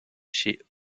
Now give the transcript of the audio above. chez